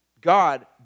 God